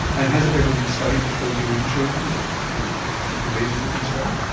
and has it ever been studied before you in children that that it raises a concern?